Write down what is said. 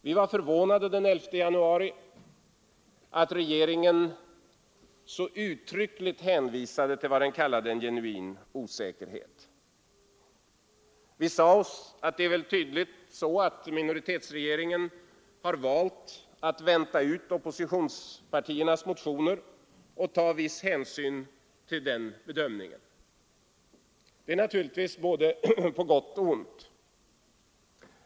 Vi var den 11 januari förvånade över att regeringen så uttryckligt hänvisade till vad den kallade en genuin osäkerhet. Vi sade oss att minoritetsregeringen tydligen hade valt att vänta ut oppositionspartiernas motioner och ta viss hänsyn till bedömningarna däri. Det är naturligtvis både på gott och på ont.